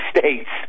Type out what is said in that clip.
States